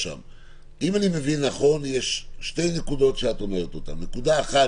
אם אני מבין נכון יש שתי נקודות שאת אומרת: נקודה אחת